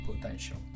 potential